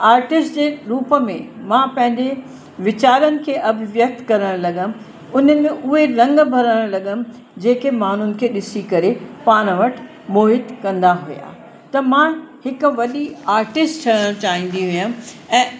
artist जे रुप में मां पंहिंजे वीचारनि खे अभिव्यक्त करणु लॻियमि उनमें उहे रंग भरणु लॻियमि जेके माण्हुनि खे ॾिसी करे पाण वटि मोहित कंदा हुया त मां हिकु वॾी आर्टिस्ट ठहणु चाहींदी हुयमि ऐं